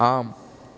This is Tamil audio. ஆம்